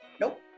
Nope